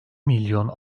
milyon